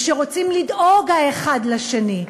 ורוצים לדאוג האחד לשני.